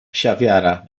psiawiara